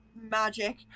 magic